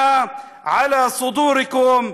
(אומר בערבית: כאן, על חזיכם,